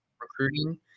recruiting